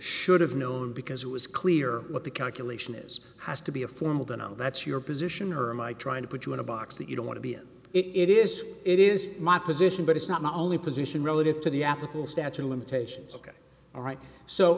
should have known because it was clear what the calculation is has to be a formal denial that's your position or am i trying to put you in a box that you don't want to be and it is it is my position but it's not my only position relative to the applicable statue limitations ok all right so